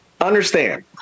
Understand